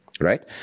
Right